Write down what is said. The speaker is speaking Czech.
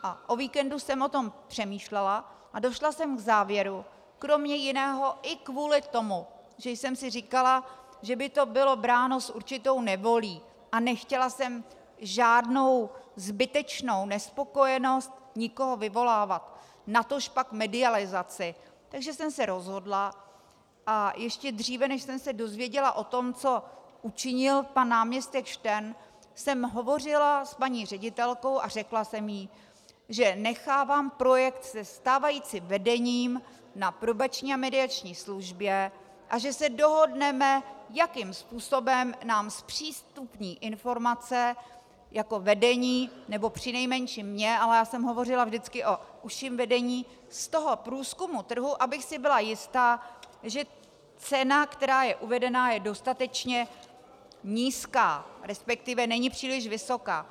O víkendu jsem o tom přemýšlela a došla jsem k závěru kromě jiného i kvůli tomu, že jsem si říkala, že by to bylo bráno s určitou nevolí, a nechtěla jsem žádnou zbytečnou nespokojenost nikoho vyvolávat, natožpak medializaci, takže jsem se rozhodla a ještě dříve, než jsem se dozvěděla o tom, co učinil pan náměstek Štern, jsem hovořila s paní ředitelkou a řekla jsem jí, že nechávám projekt se stávajícím vedením na Probační a mediační službě a že se dohodneme, jakým způsobem nám zpřístupní informace jako vedení, nebo přinejmenším mně, ale já jsem hovořila vždycky o užším vedení, z toho průzkumu trhu, abych si byla jista, že cena, která je uvedena, je dostatečně nízká, resp. není příliš vysoká.